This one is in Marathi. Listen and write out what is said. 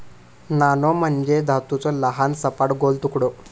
नाणो म्हणजे धातूचो लहान, सपाट, गोल तुकडो